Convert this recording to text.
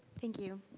thank you.